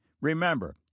Remember